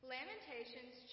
Lamentations